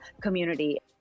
community